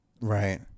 right